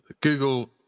Google